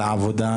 לעבודה,